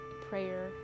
prayer